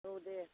औ दे